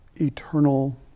eternal